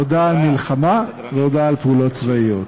הודעה על מלחמה והודעה על פעולות צבאיות.